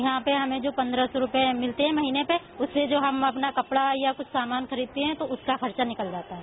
यहां पर हमें जो पन्द्रह सौ रूपये मिलते हैं महीने पे उससे जो हम अपना कपड़ा या सामान खरीदते हैं तो उसका खर्चा निकल जाता है